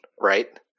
right